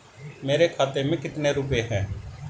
मेरे खाते में कितने रुपये हैं?